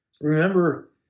Remember